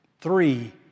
Three